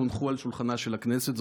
הונחו על שולחנה של הכנסת,